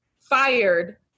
fired